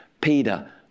peter